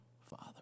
father